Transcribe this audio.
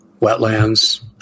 Wetlands